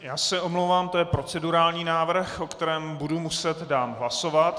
Já se omlouvám, to je procedurální návrh, o kterém budu muset dát hlasovat.